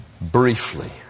briefly